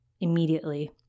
immediately